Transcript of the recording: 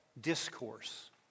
discourse